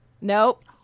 Nope